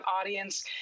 audience